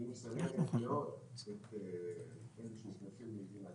ואם שמים לב מאוד לאלה שנכנסים למדינת